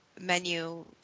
menu